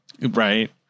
Right